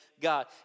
God